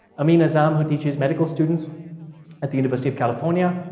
amin azzam who teaches medical students at the university of california.